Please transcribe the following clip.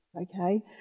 Okay